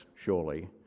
surely